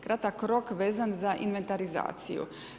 Kratak rok vezan za inventarizaciju.